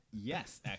Yes